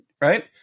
right